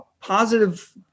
positive